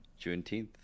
Juneteenth